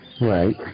Right